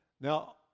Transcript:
Now